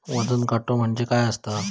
वजन काटो म्हणजे काय असता?